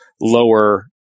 lower